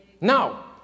Now